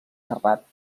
serrat